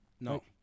No